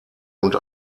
und